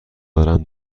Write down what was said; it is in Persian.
دارم